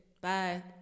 Bye